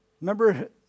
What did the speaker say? Remember